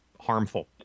harmful